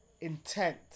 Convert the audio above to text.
intent